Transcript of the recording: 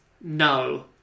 No